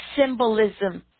symbolism